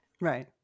Right